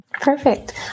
Perfect